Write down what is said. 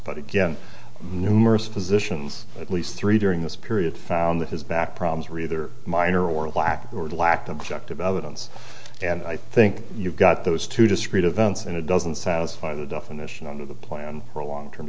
but again numerous physicians at least three during this period found that his back problems re their minor or a blackboard lacked objective evidence and i think you've got those two discrete events and it doesn't satisfy the definition under the plan for a long term